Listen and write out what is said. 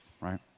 right